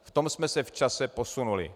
V tom jsme se v čase posunuli.